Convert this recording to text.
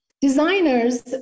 designers